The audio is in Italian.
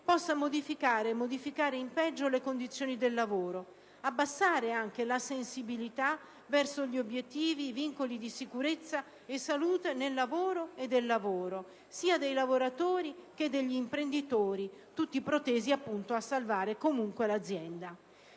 possa modificare, in peggio, le condizioni del lavoro, e abbassare anche la sensibilità verso gli obiettivi e i vincoli di sicurezza e salute nel lavoro e del lavoro, sia dei lavoratori che degli imprenditori, tutti protesi a salvare comunque l'azienda.